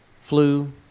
flu